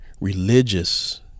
religious